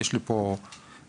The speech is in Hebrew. יש לי פה כלים,